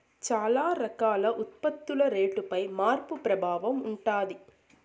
చాలా రకాల ఉత్పత్తుల రేటుపై మార్పు ప్రభావం ఉంటది